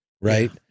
right